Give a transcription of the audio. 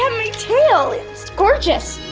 tail, it's gorgeous!